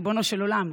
ריבונו של עולם,